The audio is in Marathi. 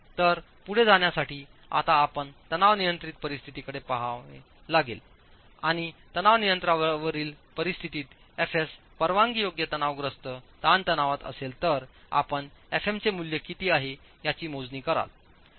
तर पुढे जाण्यासाठी आता आपण तणाव नियंत्रित परिस्थितीकडे पहावे लागेल आणि तणाव नियंत्रणावरील परिस्थितीत Fs परवानगीयोग्य तणावग्रस्त ताणतणावात असेल तर आपणfm चे मूल्यकितीआहेयाची मोजणी कराल